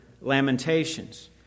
lamentations